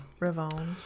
Ravon